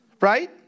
right